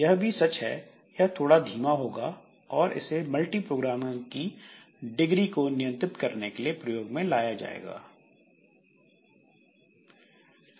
यह भी सच है यह थोड़ा धीमा होगा और इसे मल्टीप्रोग्रामिंग की डिग्री को नियंत्रित करने के लिए प्रयोग में लाया जाता है